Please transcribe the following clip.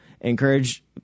Encourage